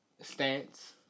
stance